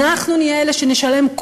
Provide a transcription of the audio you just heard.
אנחנו נהיה אלה שנשלם,